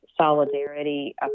solidarity